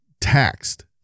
taxed